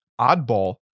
Oddball